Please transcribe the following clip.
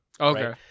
Okay